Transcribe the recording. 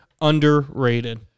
underrated